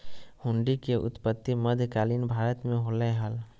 हुंडी के उत्पत्ति मध्य कालीन भारत मे होलय हल